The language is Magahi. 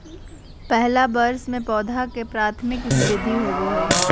पहला वर्ष में पौधा के प्राथमिक वृद्धि होबो हइ